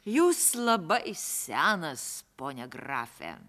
jūs labai senas pone grafe